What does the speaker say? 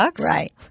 Right